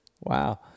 Wow